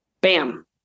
bam